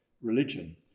religion